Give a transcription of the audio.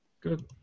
Good